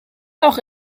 auch